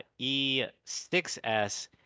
E6S